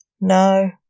No